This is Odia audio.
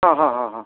ହଁ ହଁ ହଁ ହଁ